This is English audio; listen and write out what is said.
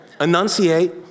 Enunciate